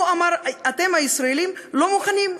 הוא אמר: אתם הישראלים לא מוכנים,